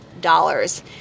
dollars